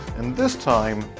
and this time,